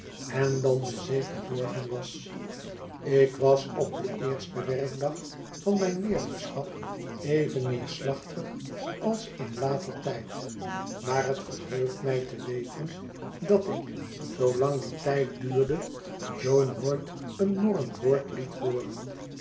en dan de zee verborgen was ik was op den eersten werkdag van mijn leerlingschap even neerslachtig als in later tijd maar het verheugt mij te weten dat ik zoolang die tijd duurde jo nooit een morrend woord liet hooren